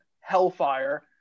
hellfire